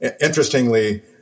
interestingly